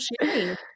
sharing